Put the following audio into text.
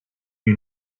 you